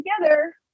together